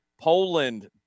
Poland